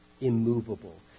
immovable